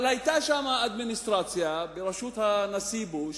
אבל היתה שם אדמיניסטרציה בראשות הנשיא בוש,